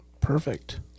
perfect